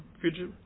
future